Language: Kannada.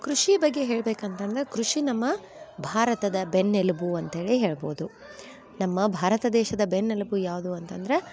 ಕೃಷಿ ಬಗ್ಗೆ ಹೇಳ್ಬೇಕಂತಂದರೆ ಕೃಷಿ ನಮ್ಮ ಭಾರತದ ಬೆನ್ನೆಲುಬು ಅಂತ್ಹೇಳಿ ಹೇಳ್ಬೋದು ನಮ್ಮ ಭಾರತ ದೇಶದ ಬೆನ್ನೆಲುಬು ಯಾವುದು ಅಂತಂದರೆ